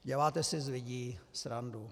Děláte si z lidí srandu.